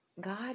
God